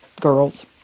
girls